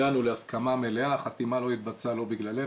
הגענו להסכמה מלאה, החתימה לא התבצעה לא בגללנו.